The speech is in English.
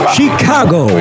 Chicago